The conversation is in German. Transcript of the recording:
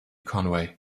conway